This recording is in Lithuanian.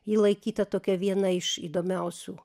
ji laikyta tokia viena iš įdomiausių